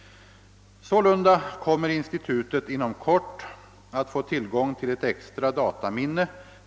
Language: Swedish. Sålunda kommer «institutet inom kort att få tillgång till ett extra dataminne.